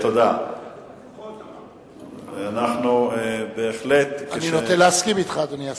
אני נוטה להסכים אתך, אדוני השר.